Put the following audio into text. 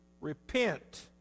repent